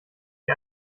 wie